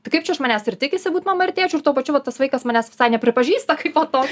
tai kaip čia iš manęs ir tikisi būt mama ir tėčiu tuo pačiu vat tas vaikas manęs visai nepripažįsta kaip po to